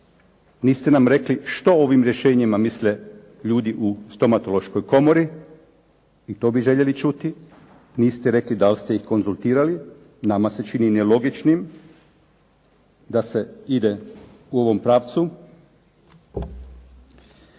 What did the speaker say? Niste nam rekli što ovim rješenjima misle ljudi u Stomatološkoj komori. I to bi željeli čuti. Niste rekli da li ste ih konzultirali. Nama se čini nelogičnim da se ide u ovom pravcu.